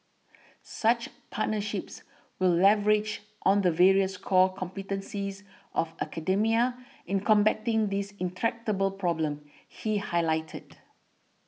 such partnerships will leverage on the various core competencies of academia in combating this intractable problem he highlighted